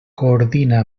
coordina